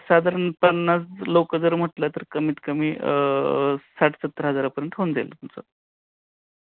साधारण पन्नास लोकं जर म्हटलं तर कमीत कमी साठ सत्तर हजारपर्यंत होऊन जाईल तुमचं